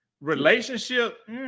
Relationship